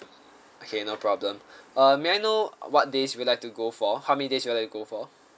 okay no problem uh may I know what days would you like to go for how many days you would like to go for